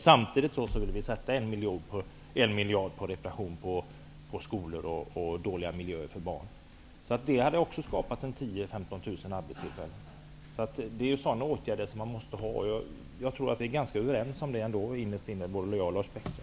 Samtidigt ville vi avsätta 1 miljard för reparation av skolor och upprustning av dåliga miljöer för barn. Det hade också skapat 10 000--15 000 arbetstillfällen. Det är sådana åtgärder som man måste göra. Jag tror att vi innerst inne är ganska överens om detta, både Lars